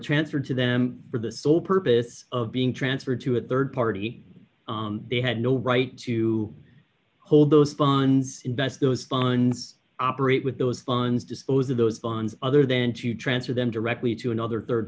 transferred to them for the sole purpose of being transferred to a rd party they had no right to hold those funds invest those funds operate with those funds dispose of those bonds other than to transfer them directly to another